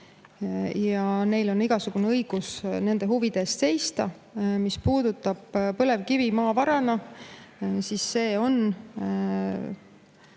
ja neil on igasugune õigus nende huvide eest seista. Mis puudutab põlevkivi maavarana, siis see on